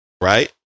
right